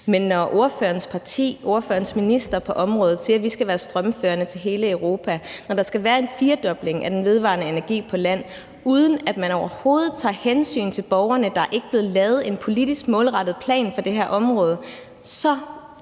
og ordførerens minister på området siger, at vi skal være strømførende i hele Europa, og når der skal være en firedobling af den vedvarende energi på land, uden at man overhovedet tager hensyn til borgerne – der er ikke blevet lavet en politisk målrettet plan for det her område – så